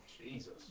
Jesus